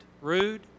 rude